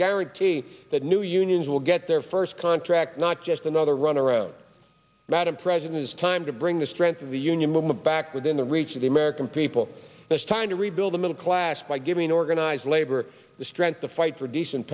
guarantee that new unions will get their first contract not just another runaround madam president is time to bring the strength of the union movement back within the reach of the american people it's time to rebuild the middle class by giving organized labor the strength to fight for decent